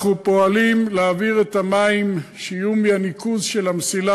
אנחנו פועלים להעביר את המים שיהיו מהניקוז של המסילה